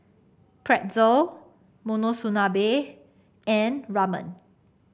Pretzel Monsunabe and Ramen